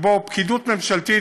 שבו פקידות ממשלתית,